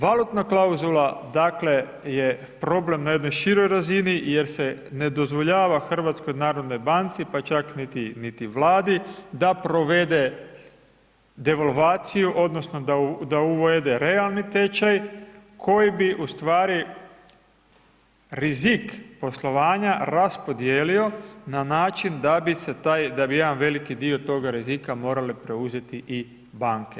Valutna klauzula dakle, je problem na jednoj široj razini, jer se ne dozvoljava HNB-u pa čak niti Vladi da provede devalvaciju, odnosno, da uvede realni tečaj, koji bi ustvari, rizik poslovanja raspodijelilo, na način, da bi se taj, da bi jedan veliki dio toga rizika morale preuzeti i banke.